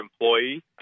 employee